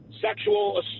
sexual